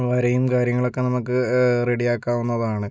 വരയും കാര്യങ്ങളൊക്കെ നമുക്ക് റെഡിയാക്കാവുന്നതാണ്